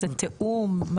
זה עניין של תיאום?